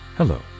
Hello